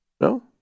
No